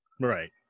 Right